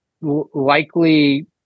likely